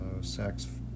sex